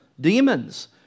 demons